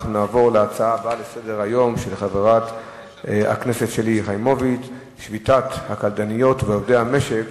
נעבור לנושא הבא על סדר-היום: שביתות הקלדניות ועובדי המשק